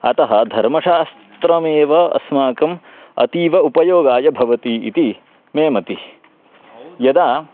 अतः धर्मशास्त्रमेव अस्माकम् अतीव उपयोगाय भवति इति मे मतिः यदा